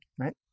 right